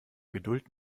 geduld